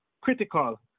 critical